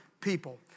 people